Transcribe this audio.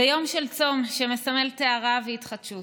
זה יום של צום שמסמל טהרה והתחדשות,